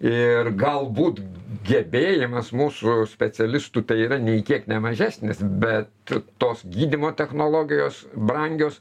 ir galbūt gebėjimas mūsų specialistų tai yra nei kiek ne mažesnis bet tos gydymo technologijos brangios